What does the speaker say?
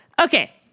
Okay